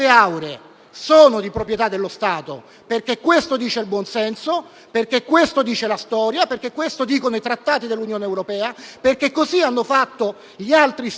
sono di proprietà dello Stato perché questo dice il buon senso, perché questo dice la storia, perché questo dicono i trattati dell'Unione europea, perché così hanno fatto gli altri Stati